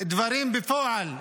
דברים בפועל,